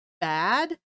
bad